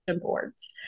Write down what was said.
boards